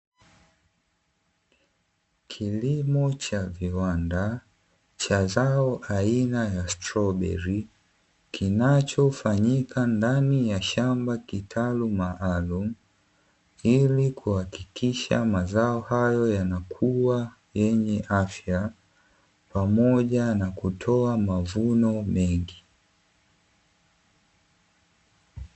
Kilimo cha viwanda cha zao aina ya strobeli kinachofanyika ndani ya shamba kitalu maalumu, ili kuhakikisha mazao hayo yanakuwa yenye afya pamoja na kutoa mavuno mengi.